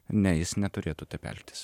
ne jis neturėtų taip elgtis